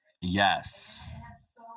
yes